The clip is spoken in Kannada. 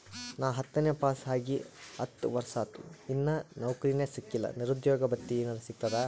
ನಾ ಹತ್ತನೇ ಪಾಸ್ ಆಗಿ ಹತ್ತ ವರ್ಸಾತು, ಇನ್ನಾ ನೌಕ್ರಿನೆ ಸಿಕಿಲ್ಲ, ನಿರುದ್ಯೋಗ ಭತ್ತಿ ಎನೆರೆ ಸಿಗ್ತದಾ?